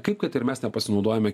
kaip kad ir mes nepasinaudojame